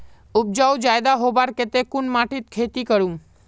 उपजाऊ ज्यादा होबार केते कुन माटित खेती करूम?